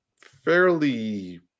fairly